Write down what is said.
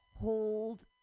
hold